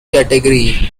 category